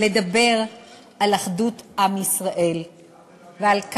לדבר על אחדות עם ישראל ועל,